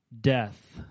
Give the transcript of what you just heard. death